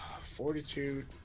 Fortitude